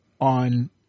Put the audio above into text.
on